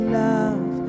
love